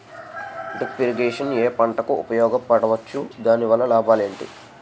Drip irrigation ఏ పంటలకు ఉపయోగించవచ్చు? దాని వల్ల లాభాలు ఏంటి?